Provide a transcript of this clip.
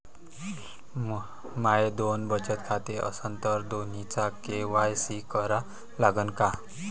माये दोन बचत खाते असन तर दोन्हीचा के.वाय.सी करा लागन का?